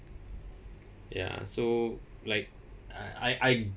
ya so like uh I I